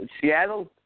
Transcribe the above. Seattle